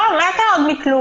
לא, מה זה עוד מכלום?